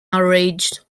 outraged